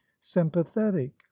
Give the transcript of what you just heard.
sympathetic